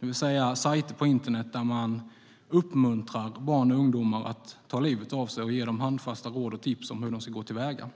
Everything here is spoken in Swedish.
det vill säga sajter på internet där man uppmuntrar barn och ungdomar att ta livet av sig och ger dem handfasta råd och tips om hur de ska gå till väga.